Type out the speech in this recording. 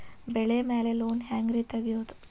ಬೆಳಿ ಮ್ಯಾಲೆ ಲೋನ್ ಹ್ಯಾಂಗ್ ರಿ ತೆಗಿಯೋದ?